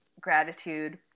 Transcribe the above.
gratitude